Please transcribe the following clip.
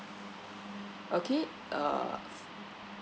okay uh